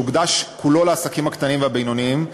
שהוקדש כולו לעסקים הקטנים והבינוניים,